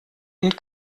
und